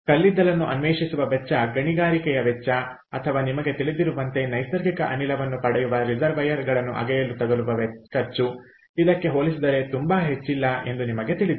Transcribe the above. ಕಲ್ಲಿದ್ದಲನ್ನು ಅನ್ವೇಷಿಸುವ ವೆಚ್ಚ ಗಣಿಗಾರಿಕೆಯ ವೆಚ್ಚ ಅಥವಾ ನಿಮಗೆ ತಿಳಿದಿರುವಂತೆ ನೈಸರ್ಗಿಕ ಅನಿಲವನ್ನು ಪಡೆಯುವ ರಿಸರ್ವೈಯರ್ಗಳನ್ನು ಅಗೆಯಲು ತಗಲುವ ಖರ್ಚು ಇದಕ್ಕೆ ಹೋಲಿಸಿದರೆ ತುಂಬಾ ಹೆಚ್ಚಿಲ್ಲ ಎಂದು ನಿಮಗೆ ತಿಳಿದಿದೆ